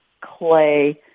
clay